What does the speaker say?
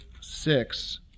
six